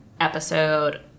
episode